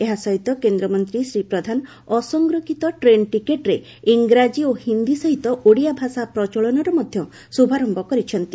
ଏହା ସହିତ କେନ୍ଦ୍ରମନ୍ତୀ ଶ୍ରୀ ପ୍ରଧାନ ଅସଂରକ୍ଷିତ ଟ୍ରେନ୍ ଟିକେଟ୍ରେ ଇଂରାକୀ ଓ ହିନ୍ଦୀ ସହିତ ଓଡ଼ିଆ ଭାଷା ପ୍ରଚଳନର ମଧ୍ଧ ଶୁଭାରର୍ୟ କରିଛନ୍ତି